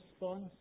response